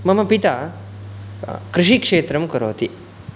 मम पिता कृषिक्षेत्रं करोति